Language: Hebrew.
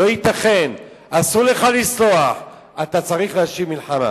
לא ייתכן, אסור לך לסלוח, אתה צריך להשיב מלחמה.